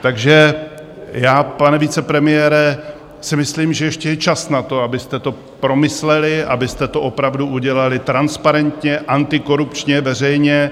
Takže já, pane vicepremiére, si myslím, že ještě je čas na to, abyste to promysleli, abyste to opravdu udělali transparentně, antikorupčně, veřejně.